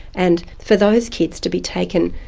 and for those kids to be taken,